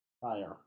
Fire